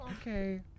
Okay